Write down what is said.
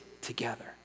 together